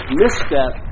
misstep